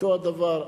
אותו הדבר,